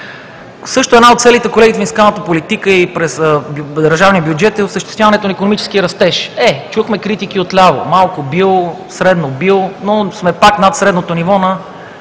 Също една от целите, колеги, на фискалната политика и през държавния бюджет е осъществяването на икономически растеж. Е, чухме критики отляво – малко бил, средно бил, но сме пак над средното ниво на